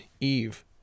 Eve